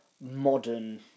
modern